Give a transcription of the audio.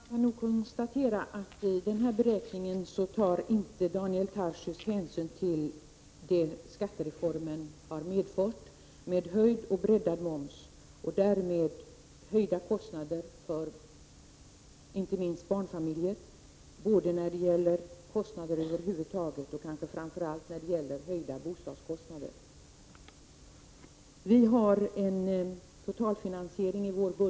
Fru talman! Man kan nog konstatera att Daniel Tarschys i den här beräkningen inte tar hänsyn till det som skattereformen har medfört, alltså höjd och breddad moms och därmed höjda kostnader för inte minst barnfamiljer både när det gäller kostnader över huvud taget och kanske framför allt när det gäller höjda bostadskostnader. Vi har i vår budget en totalfinansiering.